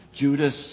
Judas